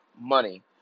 money